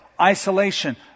isolation